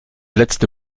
letzte